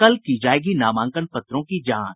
कल की जायेगी नामांकन पत्रों की जांच